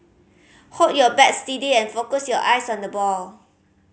hold your bat steady and focus your eyes on the ball